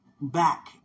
back